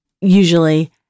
usually